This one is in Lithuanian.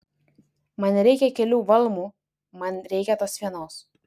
man nereikia kelių valmų man reikia tos vienos